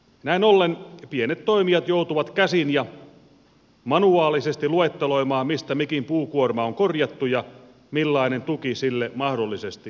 näin ollen pienet toimijat joutuvat käsin ja manuaalisesti luetteloimaan mistä mikin puukuorma on korjattu ja millainen tuki sille mahdollisesti maksetaan